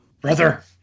Brother